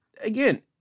again